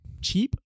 cheap